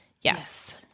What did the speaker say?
Yes